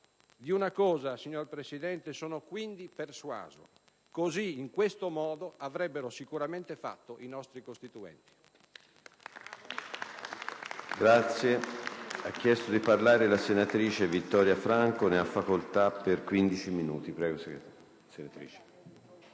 Di una cosa, signor Presidente, sono quindi persuaso: così avrebbero sicuramente fatto i nostri Costituenti.